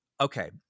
okay